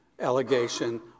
allegation